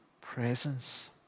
presence